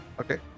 Okay